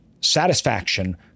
satisfaction